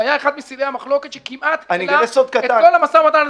זה היה אחד מסלעי המחלוקת שכמעט תקע את כל המשא ומתן.